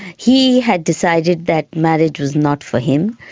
he had decided that marriage was not for him,